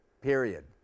period